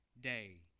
day